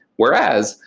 whereas,